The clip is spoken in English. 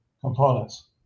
components